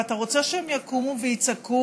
ואתה רוצה שהם יקומו ויצעקו.